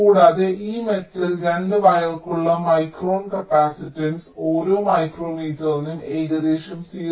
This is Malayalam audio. കൂടാതെ ഈ മെറ്റൽ 2 വയർക്കുള്ള മൈക്രോൺ കപ്പാസിറ്റൻസ് ഓരോ മൈക്രോമീറ്ററിനും ഏകദേശം 0